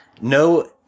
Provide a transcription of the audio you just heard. No